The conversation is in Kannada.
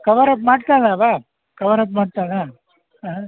ಕವರ್ ಅಪ್ ಮಾಡ್ತಾನಾ ಅವಾ ಕವರ್ ಅಪ್ ಮಾಡ್ತಾನಾ ಹಾಂ